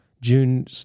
June